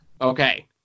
okay